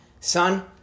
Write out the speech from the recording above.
Son